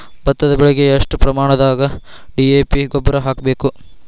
ಭತ್ತದ ಬೆಳಿಗೆ ಎಷ್ಟ ಪ್ರಮಾಣದಾಗ ಡಿ.ಎ.ಪಿ ಗೊಬ್ಬರ ಹಾಕ್ಬೇಕ?